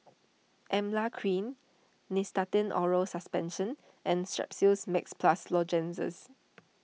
Emla Cream Nystatin Oral Suspension and Strepsils Max Plus Lozenges